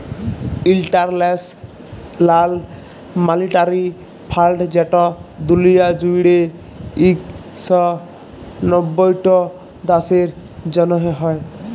ইলটারল্যাশ লাল মালিটারি ফাল্ড যেট দুলিয়া জুইড়ে ইক শ নব্বইট দ্যাশের জ্যনহে হ্যয়